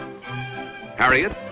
Harriet